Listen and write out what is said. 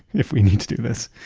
if we need to do this,